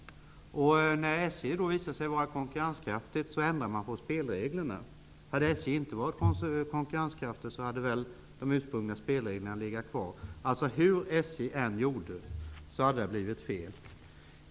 När SJ visade sig vara konkurrenskraftigt, ändrade man på spelreglerna. Om SJ inte hade varit konkurrenskraftigt, hade väl de ursprungliga spelreglerna funnits kvar. Alltså: Hur SJ än gjorde, hade det blivit fel.